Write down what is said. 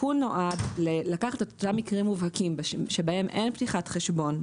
התיקון נועד לקחת את אותם מקרים מובהקים שבהם אין פתיחת חשבון,